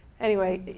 anyway,